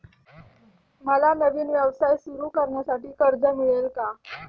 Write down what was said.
मला नवीन व्यवसाय सुरू करण्यासाठी कर्ज मिळेल का?